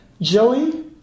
Joey